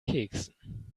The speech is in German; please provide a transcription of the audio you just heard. keksen